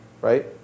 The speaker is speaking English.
right